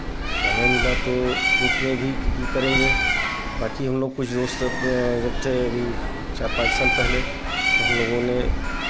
समय मिला तो ग्रुप में भी की की करेंगे बाँकी हमलोग कुछ दोस्त सब जब थें अभी चार पाँच साल पहले तो हम लोगों ने